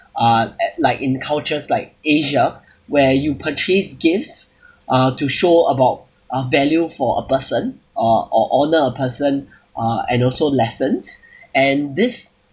uh at like in cultures like asia where you purchase gifts uh to show about uh value for a person or or honor a person uh and also lessons and this